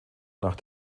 nach